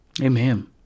Amen